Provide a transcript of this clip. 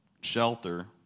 shelter